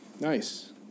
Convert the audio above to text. Nice